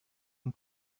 und